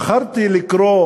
בחרתי לקרוא